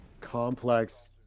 complex